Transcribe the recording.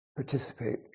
participate